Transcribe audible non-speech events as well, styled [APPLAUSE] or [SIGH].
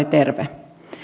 [UNINTELLIGIBLE] terve